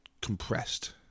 compressed